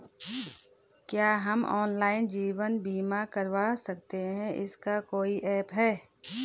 क्या हम ऑनलाइन जीवन बीमा करवा सकते हैं इसका कोई ऐप है?